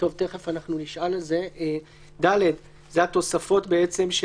זה התוספות המיטיבות של